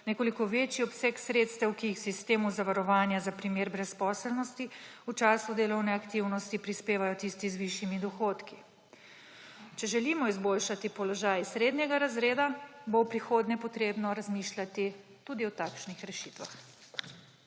nekoliko večji obseg sredstev, ki jih v sistemu zavarovanja za primer brezposelnosti v času delovne aktivnosti prispevajo tisti z višjimi dohodki. Če želimo izboljšati položaj srednjega razreda, bo v prihodnje potrebno razmišljati tudi o takšnih rešitvah.